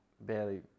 barely